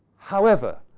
however,